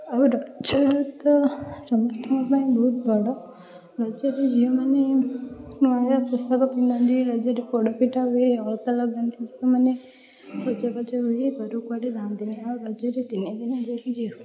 ଆଉ ରଜରେ ତ ସମସ୍ତଙ୍କ ପାଇଁ ବହୁତ ବଡ଼ ରଜରେ ଝିଅମାନେ ନୂଆ ପୋଷାକ ପିନ୍ଧନ୍ତି ରଜରେ ପୋଡ଼ ପିଠା ହୁଏ ଅଳତା ଲଗାନ୍ତି ଝିଅମାନେ ସଜବାଜ ହୋଇ ଘରୁ କୁଆଡ଼େ ଯାଆନ୍ତିନି ଆଉ ରଜରେ ତିନି ଦିନ ଝିଅ